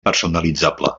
personalitzable